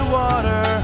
water